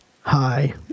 Hi